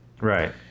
Right